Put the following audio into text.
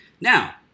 Now